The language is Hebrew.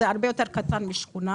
זה הרבה יותר קטן משכונה.